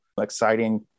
exciting